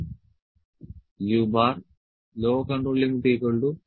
L u L